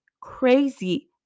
crazy